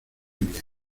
bien